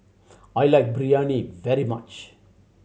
I like Biryani very much